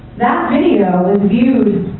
that video was viewed